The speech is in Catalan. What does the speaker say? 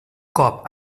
cop